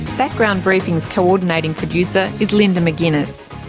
background briefing's coordinating producer is linda mcginness,